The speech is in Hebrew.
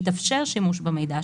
יתאפשר שימוש במידע,